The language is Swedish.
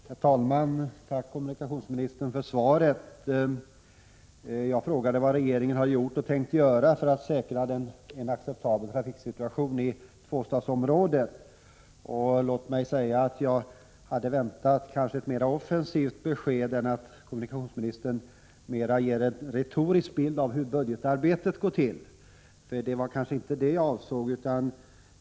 Herr talman! Jag tackar kommunikationsministern för svaret. Jag frågade vad regeringen har gjort och tänker göra för att säkra en acceptabel trafiksituation i tvåstadsområdet. Låt mig säga att jag hade väntat att kommunikationsministern skulle ge ett mera offensivt besked — i stället för att som nu mera retoriskt ge en bild av hur budgetarbetet går till. Det var kanske inte vad jag avsåg.